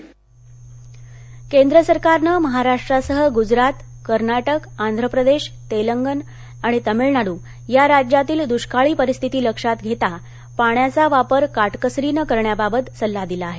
पाणी सल्ला केंद्र सरकारनं महाराष्ट्रासह गुजरात कर्नाटक आंध्रप्रदेश तेलंगन आणि तामिळनाडू या राज्यांतील दृष्काळी परिस्थिती लक्षात घेता पाण्याचा वापर काटकसरीनं करण्याबाबत सल्ला दिला आहे